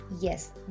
Yes